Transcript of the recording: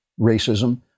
racism